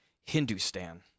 hindustan